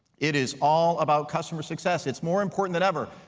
it is all about customer success, it's more important than ever.